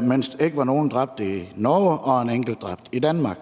mens der ikke var nogen dræbte i Norge, og der var en enkelt dræbt i Danmark.